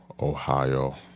Ohio